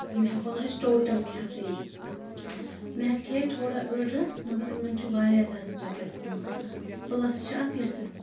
یِم ہٮ۪کو نہٕ أسۍ ٹوٹل کھٮ۪تھٕے مےٚ حظ کھیٚیاے تھوڑا أڑ رس مگر أمن چھُ واریاہ زیادٕ ژۄکیر گوٚمُت پلس چھِ اتھ یۄس یۄس